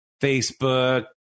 Facebook